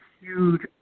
huge